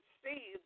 see